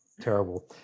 terrible